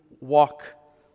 walk